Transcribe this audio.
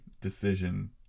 decision